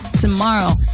tomorrow